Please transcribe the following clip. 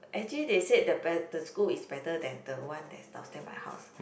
actually they said the be~ the school is better than the one that's downstair my house